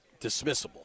dismissible